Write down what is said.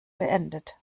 beendet